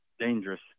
dangerous